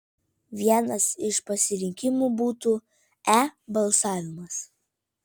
vienas iš pasirinkimų būtų e balsavimas